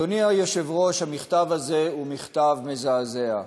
אדוני היושב-ראש, המכתב הזה הוא מכתב מזעזע.